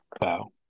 Wow